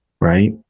right